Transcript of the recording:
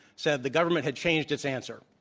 said the government had changed its answer.